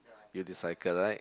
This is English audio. unicycle right